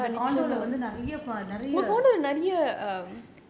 அந்த வந்து நிறைய நிறைய:antha vanthu niraiya niraiya